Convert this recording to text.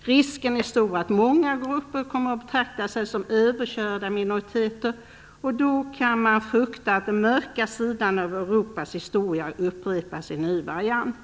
Risken är stor att många grupper kommer att betrakta sig som "överkörda minoriteter", och då kan man frukta att den mörka sidan av Europas historia upprepas i ny variant.